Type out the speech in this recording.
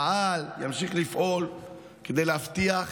פעל וימשיך לפעול כדי להבטיח